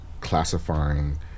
classifying